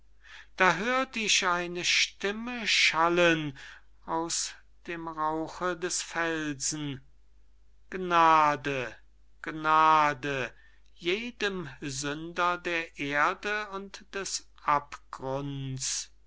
da hört ich eine stimme schallen aus dem rauche des felsen gnade gnade jedem sünder der erde und des abgrunds